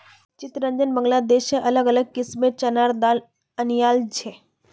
चितरंजन बांग्लादेश से अलग अलग किस्मेंर चनार दाल अनियाइल छे